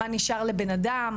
מה נשאר לבנאדם,